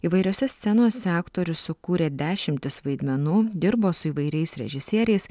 įvairiose scenose aktorius sukūrė dešimtis vaidmenų dirbo su įvairiais režisieriais